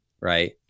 right